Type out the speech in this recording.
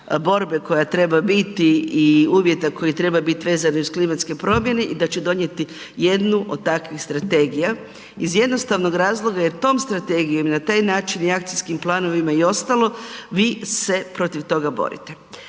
borbe koja treba biti i uvjeta koji treba biti vezano uz klimatske promjene i da će donijeti jednu od takvih strategija iz jednostavnog razloga jer tom strategijom i na taj način i akcijskim planovima i ostalo vi se protiv toga borite.